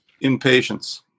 Impatience